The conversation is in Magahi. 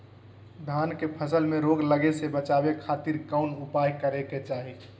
धान के फसल में रोग लगे से बचावे खातिर कौन उपाय करे के चाही?